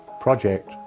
project